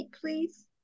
please